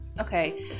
okay